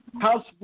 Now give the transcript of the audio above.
House